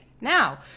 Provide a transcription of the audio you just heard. now